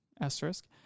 Asterisk